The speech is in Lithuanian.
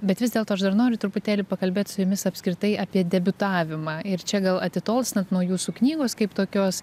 bet vis dėlto aš dar noriu truputėlį pakalbėt su jumis apskritai apie debiutavimą ir čia gal atitolstant nuo jūsų knygos kaip tokios